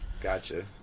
Gotcha